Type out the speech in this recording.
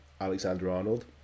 Alexander-Arnold